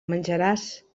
menjaràs